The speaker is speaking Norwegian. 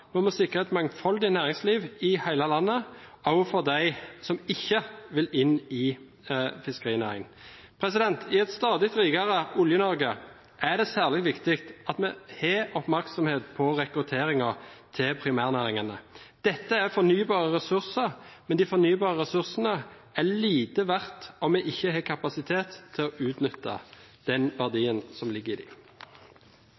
må sikre et mangfoldig næringsliv i hele landet – også for dem som ikke vil inn i fiskerinæringen. I et stadig rikere Olje-Norge er det særlig viktig at vi har oppmerksomhet på rekrutteringen til primærnæringene. Dette er fornybare ressurser, men de fornybare ressursene er lite verdt om vi ikke har kapasitet til å utnytte den